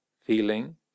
feeling